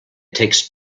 takes